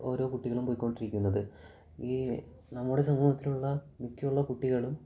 ഓരോ കുട്ടികളും പോയിക്കൊണ്ടിരിക്കുന്നത് ഈ നമ്മുടെ സമൂഹത്തിലുള്ള മിക്കുള്ള കുട്ടികളും